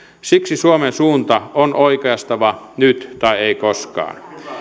siksi suomen suunta on oikaistava nyt tai ei koskaan